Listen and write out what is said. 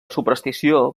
superstició